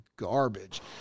garbage